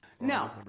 No